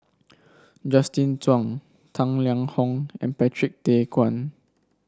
Justin Zhuang Tang Liang Hong and Patrick Tay Teck Guan